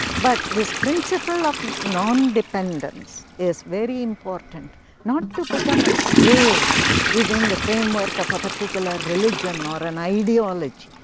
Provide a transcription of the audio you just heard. but this principle of non-dependence is very important not to become a slave within the framework of a particular religion or an ideology.